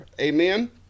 Amen